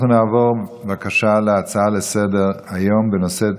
אנחנו נעבור להצעה לסדר-היום בנושא: